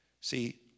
See